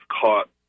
caught